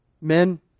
Men